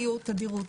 אמרתי: תדירות,